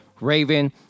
Raven